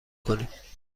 کنیم